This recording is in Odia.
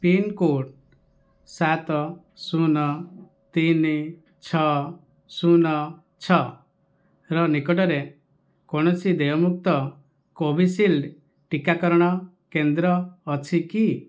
ପିନ୍ କୋଡ଼୍ ସାତ ଶୂନ ତିନି ଛଅ ଶୂନ ଛଅର ନିକଟରେ କୌଣସି ଦେୟମୁକ୍ତ କୋଭିଶିଲ୍ଡ ଟିକାକରଣ କେନ୍ଦ୍ର ଅଛି କି